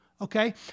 okay